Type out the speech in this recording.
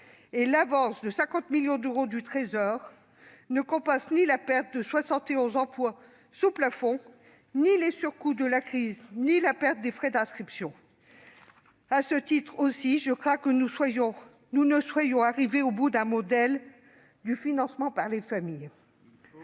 de l'avance de 50 millions d'euros du Trésor, ne compensent ni la perte de 71 emplois sous plafond ni les surcoûts de la crise, ni la perte des frais d'inscription. À ce titre, je crains que nous ne soyons arrivés au bout d'un modèle du financement par les familles. Au